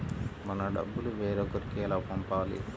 మన డబ్బులు వేరొకరికి ఎలా పంపాలి?